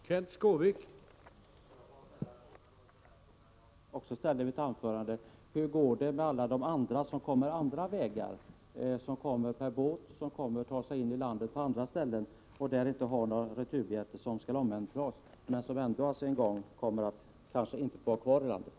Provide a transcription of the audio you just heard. Herr talman! Får jag då bara ställa en fråga, nämligen den som jag ställde i mitt anförande: Hur går det med alla dem som kommer på andra vägar, de som kommer per båt och de som tar sig in i landet på andra ställen och som inte har några returbiljetter som kan omhändertas men som ändå kanske inte kommer att få stanna kvar i landet?